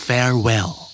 Farewell